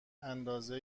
اندازه